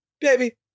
baby